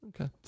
Okay